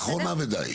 אחרונה ודי.